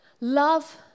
Love